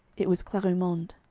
it was clarimonde.